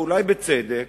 ואולי בצדק,